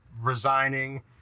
resigning